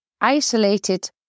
isolated